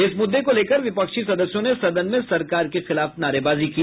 इस मुद्दे को लेकर विपक्षी सदस्यों ने सदन में सरकार के खिलाफ नारेबाजी की